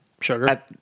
Sugar